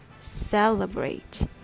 Celebrate